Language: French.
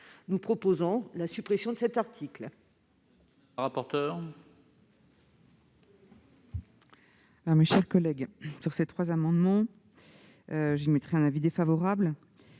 nous proposons la suppression de l'article